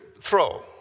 throw